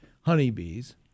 honeybees